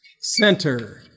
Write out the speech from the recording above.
center